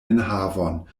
enhavon